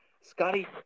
Scotty